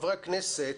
חברי הכנסת,